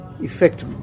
effect